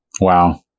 wow